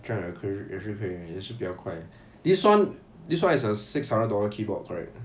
this one this one is a six hundred dollar keyboard correct